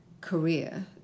career